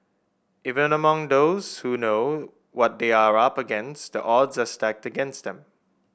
even among those who know what they are up against the odds are stacked against them